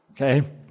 okay